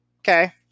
Okay